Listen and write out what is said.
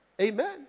Amen